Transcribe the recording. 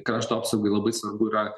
krašto apsaugai labai svarbu yra